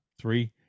three